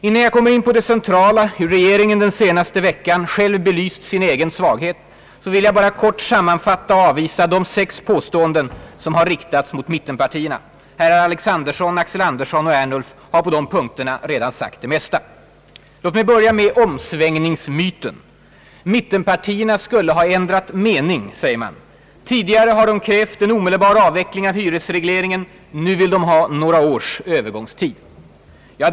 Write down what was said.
Innan jag kommer in på det centrala — hur regeringen den senaste veckan själv belyst sin svaghet — vill jag bara kort sammanfatta och avvisa de sex påståenden som har riktats mot mittenpartierna. Herrar Alexanderson, Axel Andersson och Ernulf har på dessa punkter redan sagt det mesta. Låt mig börja med omsvängningsmyten. Mittenpartierna har ändrat mening, säger man. Tidigare har de krävt en omedelbar avveckling av hyresregleringen. Nu vill de ha några års övergångstid.